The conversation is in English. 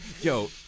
Yo